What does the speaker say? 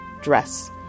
dress